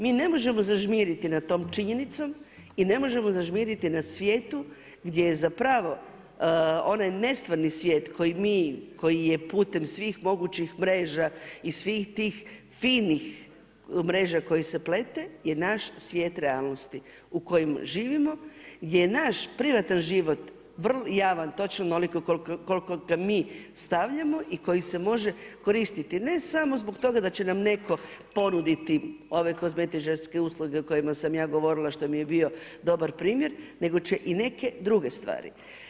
Mi ne možemo zažmiriti nad tom činjenicom i ne možemo zažmiriti nad svijetom gdje je zapravo onaj nestvarni svijet koji mi, koji je putem svih mogućih mreža i svih tih finih mreža koje se pletu je naš svijet realnosti u kojem živimo gdje je naš privatan život, javan točno onoliko koliko ga mi stavljamo i koji se može koristiti ne samo zbog toga da će nam netko ponuditi ove kozmetičarske usluge o kojima sam ja govorila što mi je bio dobar primjer nego će i neke druge stvari.